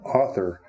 author